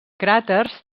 cràters